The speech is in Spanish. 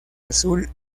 azul